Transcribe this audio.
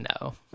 no